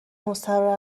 مستراح